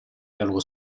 dialogo